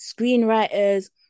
screenwriters